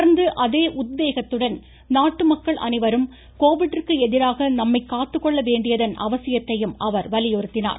தொடர்ந்து அதே உத்வேகத்துடன் நாட்டு மக்கள் அனைவரும் கோவிட்டிற்கு எதிராக நம்மை காத்துக்கொள்ள வேண்டியதன் அவசியத்தையும் அவர் வலியுறுத்தினார்